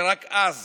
ורק אז